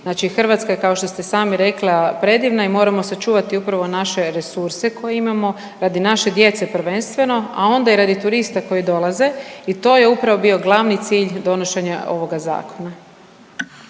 Znači Hrvatska je kao što ste sami rekli predivna i moramo sačuvati upravo naše resurse koje imamo radi naše djece prvenstveno, a onda i radi turista koji dolaze. I to je upravo bio glavni cilj donošenja ovoga zakona.